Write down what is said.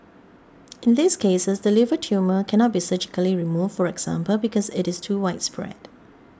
in these cases the liver tumour cannot be surgically removed for example because it is too widespread